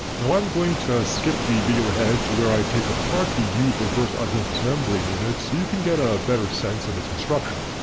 now i'm going to skip the video ahead to where i take apart the used reverse osmosis membrane unit so you can get a better sense of its constructruction.